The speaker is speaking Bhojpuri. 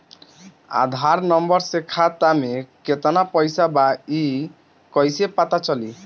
आधार नंबर से खाता में केतना पईसा बा ई क्ईसे पता चलि?